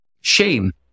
shame